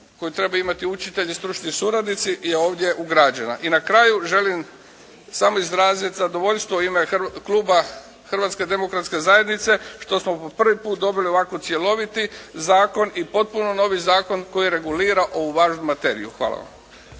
koje trebaju imati učitelji i stručni suradnici je ovdje ugrađena. I na kraju želim samo izraziti zadovoljstvo u ime Kluba Hrvatske demokratske zajednice što smo po prvi put dobili ovako cjeloviti zakon i potpuno novi zakon koji regulira ovu važnu materiju. Hvala vam.